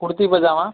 कुडती पजामा